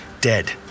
dead